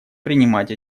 принимать